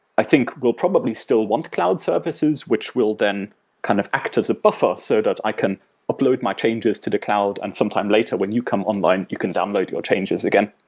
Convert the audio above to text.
i think we'll probably still want cloud services, which will then kind of act as a buffer so that i can upload my changes to the cloud and sometime later when you come online, you can download your changes again.